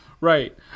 right